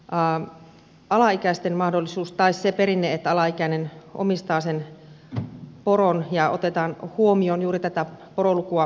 akaan alaikäisten mahdollisuus tai se perinne että alaikäinen omistaa sen poron otetaan huomioon juuri tätä porolukua laskettaessa